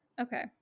Okay